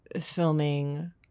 filming